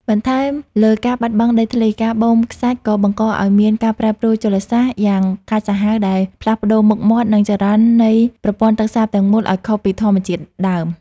បន្ថែមលើការបាត់បង់ដីធ្លី ការបូមខ្សាច់ក៏បង្កឱ្យមាន ការប្រែប្រួលជលសាស្ត្រ យ៉ាងកាចសាហាវដែលផ្លាស់ប្តូរមុខមាត់ និងចរន្តនៃប្រព័ន្ធទឹកសាបទាំងមូលឱ្យខុសពីធម្មជាតិដើម។